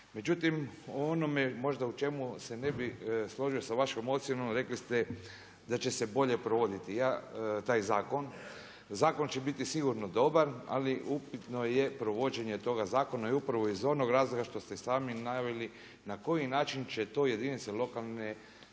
Međutim, o onome možda u čemu se ne bih složio sa vašom ocjenom, rekli ste da će se bolje provoditi taj zakon. Zakon će biti sigurno dobar ali upitno je provođenje toga zakona i upravo iz onog razloga što ste i sami naveli na koji način će to jedinice lokalne